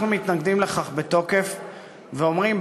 אנחנו מתנגדים לכך בתוקף ואומרים,